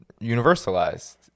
universalized